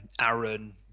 Aaron